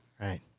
Right